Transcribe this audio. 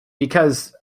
because